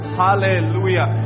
hallelujah